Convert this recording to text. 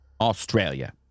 Australia